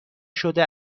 شده